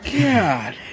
God